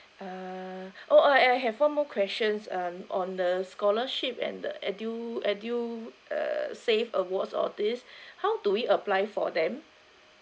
uh oh oh I have one more question um on the scholarship and the EDU EDU err SAVE awards or this how do we apply for them